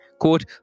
Quote